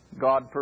God